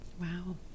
Wow